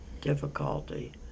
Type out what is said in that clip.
difficulty